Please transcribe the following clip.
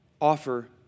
Offer